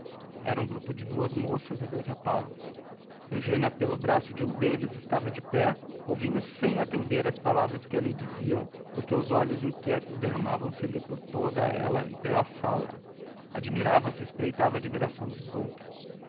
era um grupo de duas moças e dois rapazes eugênia pelo braço de um deles estava de pé ouvindo sem atender as palavras que ali diziam porque os olhos inquietos derramavam se lhe por toda ela e pela sala admirava-se e espreitava a admiração dos outros